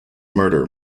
murder